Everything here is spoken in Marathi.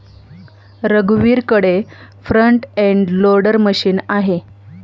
रघुवीरकडे फ्रंट एंड लोडर मशीन आहे